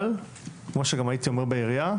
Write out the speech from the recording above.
אבל כמו שגם הייתי אומר בעירייה,